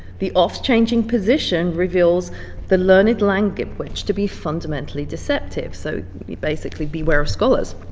the oft-changing position reveals the learned language to be fundamentally deceptive, so basically beware of scholars.